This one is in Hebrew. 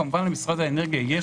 כמובן למשרד האנרגיה יש